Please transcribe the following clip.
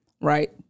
right